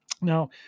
Now